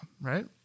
right